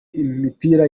imipira